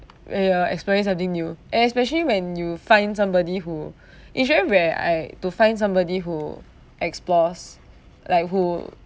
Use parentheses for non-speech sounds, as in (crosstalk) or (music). and you're experience something new especially when you find somebody who (breath) usually where I to find somebody who explores like who